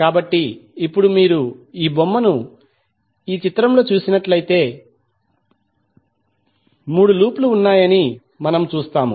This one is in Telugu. కాబట్టి ఇప్పుడు మీరు ఈ బొమ్మను ఈ చిత్రంలో చూసినట్లైతే 3 లూప్ లు ఉన్నాయని మనము చూస్తాము